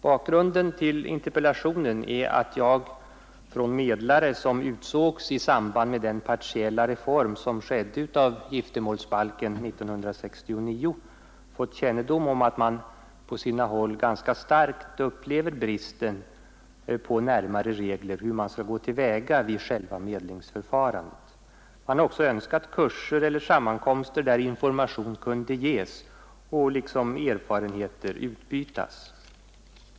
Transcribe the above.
Bakgrunden till interpellationen är att jag från medlare som utsågs i samband med den partiella reform som skedde av giftermålsbalken 1969 fått kännedom om att man på sina håll ganska starkt upplever bristen på närmare regler för själva medlingsförfarandet. Man har också önskat kurser eller sammankomster där information kunde ges och erfarenheter utbytas.